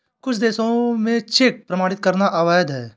कुछ देशों में चेक प्रमाणित करना अवैध है